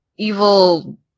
evil